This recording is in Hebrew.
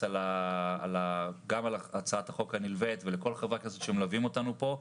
על הצעת החוק הנלווית ולכל חברי הכנסת שמלווים אותנו פה.